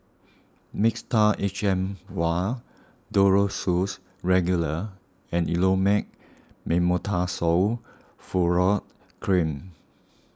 Mixtard H M Vial Duro Tuss Regular and Elomet Mometasone Furoate Cream